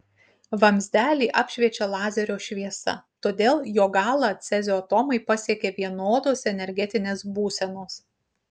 vamzdelį apšviečia lazerio šviesa todėl jo galą cezio atomai pasiekia vienodos energetinės būsenos